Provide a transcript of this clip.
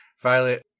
Violet